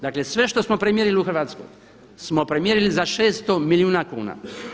Dakle sve što smo premjerili u Hrvatskoj smo premjerili za 600 milijuna kuna.